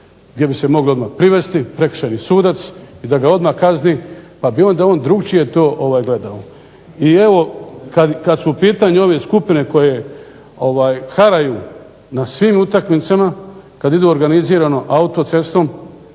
gdje bi se mogli odmah privesti, prekršajni sudac i da ga odmah kazni pa bi onda on drukčije to gledao. I evo, kad su u pitanju ove skupine koje haraju na svim utakmicama k ad idu organizirano autocestom,